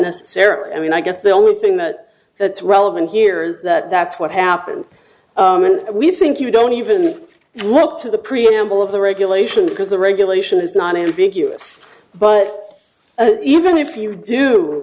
necessarily i mean i guess the only thing that that's relevant here is that that's what happens when we think you don't even look to the preamble of the regulation because the regulation is not ambiguous but even if you do